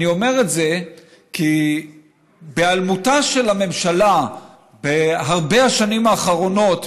אני אומר את זה כי בהיעלמותה של הממשלה בהרבה מהשנים האחרונות,